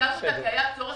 הקמנו אותה כי היה צורך,